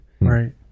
right